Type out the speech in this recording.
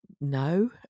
No